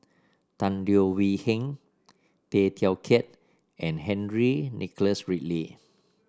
Tan Leo Wee Hin Tay Teow Kiat and Henry Nicholas Ridley